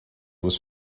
was